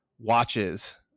watches